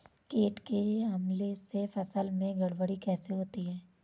कीट के हमले से फसल में गड़बड़ी कैसे होती है?